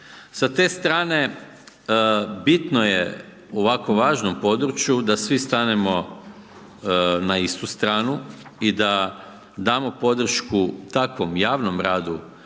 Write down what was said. Sa te strane bitno je u ovako važnom području, da svi stanemo na istu stranu i da damo podršku tako javnom radu